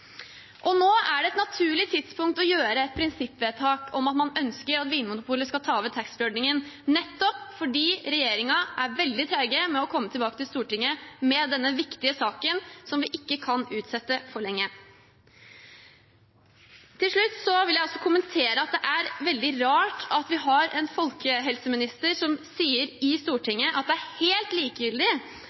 overtar. Nå er det et naturlig tidspunkt å gjøre et prinsippvedtak om at man ønsker at Vinmonopolet skal overta taxfree-ordningen, nettopp fordi regjeringen er veldig treg med å komme tilbake til Stortinget med denne viktige saken, som vi ikke kan utsette for lenge. Til slutt vil jeg også kommentere at det er veldig rart at vi har en folkehelseminister som sier i Stortinget at det er helt likegyldig